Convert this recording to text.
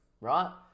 right